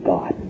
God